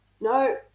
No